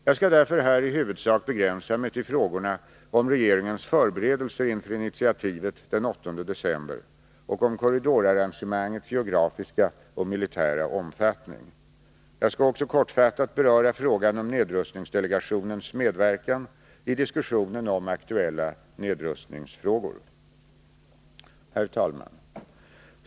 Jag skall därför här i huvudsak begränsa mig till frågorna om regeringens förberedelser inför initiativet den 8 december och om korridorarrangemangets geografiska och militära omfattning. Jag skall också kortfattat beröra frågan om nedrustningsdelegationens medverkan i diskussionen om aktuella nedrustningsfrågor. Herr talman!